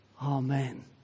Amen